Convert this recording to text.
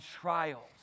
trials